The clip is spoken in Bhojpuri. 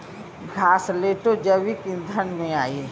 घासलेटो जैविक ईंधन में आई